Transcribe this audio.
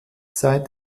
seit